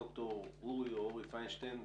ד"ר אורי פיינשטיין,